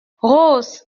rose